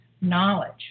knowledge